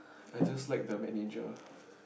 I just like the manager